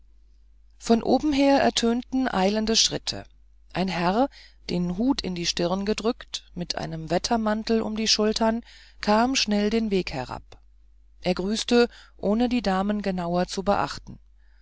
von oben her ertönten eilende schritte ein herr den hut in die stirn gedrückt mit einem wettermantel um die schultern kam schnell den weg herab er grüßte ohne die damen genauer zu beachten